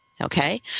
okay